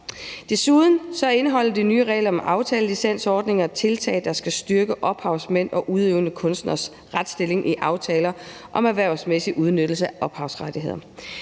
Desuden indeholder de nye regler om aftalelicensordninger tiltag, der skal styrke ophavsmænds og udøvende kunstneres retsstilling i aftaler om erhvervsmæssig udnyttelse af ophavsrettigheder.